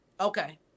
Okay